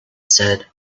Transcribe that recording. said